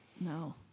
No